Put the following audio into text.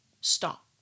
stop